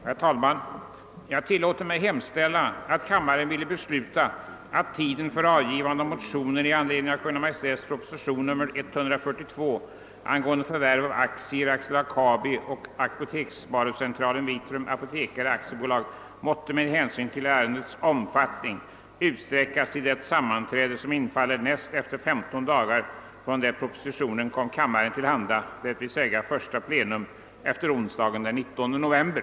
Herr talman! Jag tillåter mig hemställa att kammaren ville besluta att tiden för avgivande av motioner i anledning av Kungl. Maj:ts proposition nr 142, angående förvärv av aktier i AB Kabi och Apoteksvarucentralen Vitrum apotekare AB, måtte med hänsyn till ärendets omfattning utsträckas till det sammanträde som infaller näst efter 15 dagar från det propositionen kom kammaren till handa, d. v. s. första plenum efter onsdagen den 19 innevarande november.